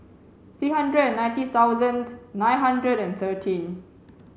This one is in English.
three hundred and ninety thousand nine hundred and thirteen